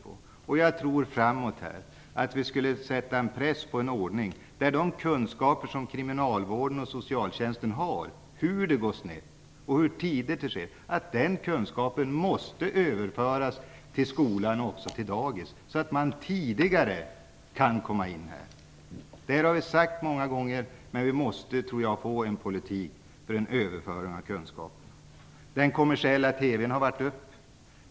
I framtiden tror jag att vi skulle ha en press, så att de kunskaper som man har inom kriminalvården och socialtjänsten om hur det går snett och hur tidigt det sker överförs till skolan och också till dagis. Då kan man komma in på ett tidigare stadium. Detta har vi sagt flera gånger. Jag tror att vi måste få en politik för en överföring av kunskap. De kommersiella TV-kanalerna har varit uppe.